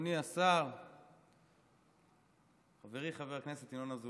בבקשה, חבר הכנסת יואב בן צור,